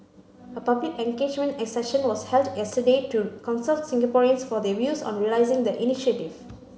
a public engagement session was held yesterday to consult Singaporeans for their views on realising the initiative